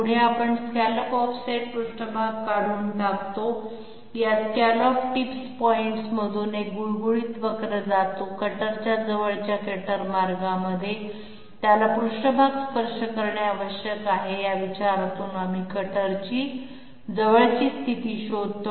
पुढे आपण scallop offset पृष्ठभाग काढून टाकतो या स्कॅलॉप टिप्स पॉइंट्समधून एक गुळगुळीत वक्र जातो कटरच्या जवळच्या कटर मार्गामध्ये त्याला पृष्ठभाग स्पर्श करणे आवश्यक आहे या विचारातून आम्ही कटरची जवळची स्थिती शोधतो